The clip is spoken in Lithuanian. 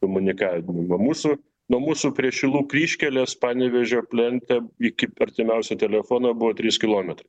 komunikavimo mūsų nuo mūsų prie šilų kryžkelės panevėžio plente iki artimiausio telefono buvo trys kilometrai